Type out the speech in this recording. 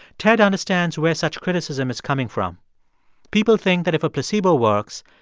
ted understands where such criticism is coming from people think that if a placebo works,